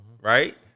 right